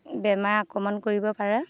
বেমাৰে আক্ৰমণ কৰিব পাৰে